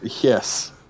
Yes